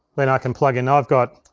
then i can plug in, now i've got,